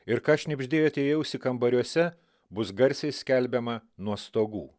ir ką šnibždėjote į ausį kambariuose bus garsiai skelbiama nuo stogų